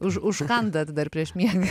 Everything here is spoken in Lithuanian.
už užkandat dar prieš miegą